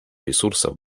ресурсов